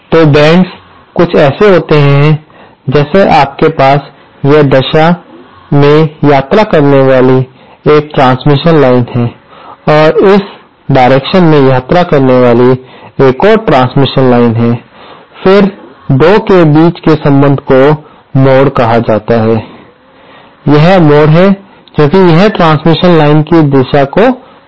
तो बेंड्स कुछ ऐसे हैं जैसे आपके पास यह दिशा में यात्रा करने वाली एक ट्रांसमिशन लाइन है और इस दिशा में यात्रा करने वाली एक और ट्रांसमिशन लाइन है फिर 2 के बीच के संबंध को मोड़ कहा जाता है यह मोड़ है क्योंकि यह ट्रांसमिशन लाइन की दिशा को मारता है